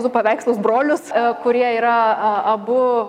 du paveikslus brolius kurie yra abu